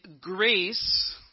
grace